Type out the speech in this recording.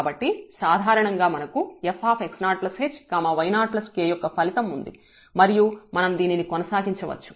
కాబట్టి సాధారణంగా మనకు fx0h y0k యొక్క ఫలితం ఉంది మరియు మనం దీనిని కొనసాగించవచ్చు